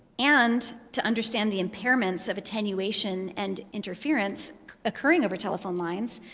and to understand the impairments of attenuation and interference occurring over telephone lines,